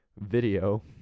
video